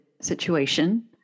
situation